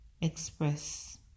express